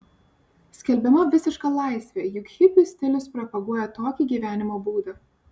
skelbiama visiška laisvė juk hipių stilius propaguoja tokį gyvenimo būdą